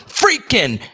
freaking